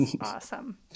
awesome